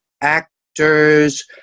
actors